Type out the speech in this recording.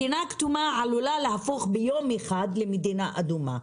מדינה כתומה יכולה להפוך ביום אחד למדינה אדומה,